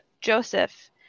Joseph